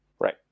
Right